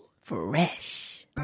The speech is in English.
fresh